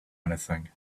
anything